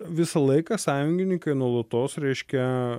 visą laiką sąjungininkai nuolatos reiškia